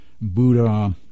Buddha